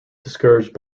discouraged